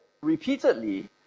repeatedly